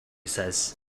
says